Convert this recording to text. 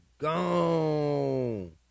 gone